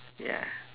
ya